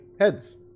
Heads